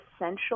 essential